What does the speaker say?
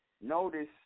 notice